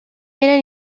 era